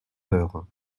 heures